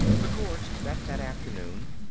the court met that afternoon.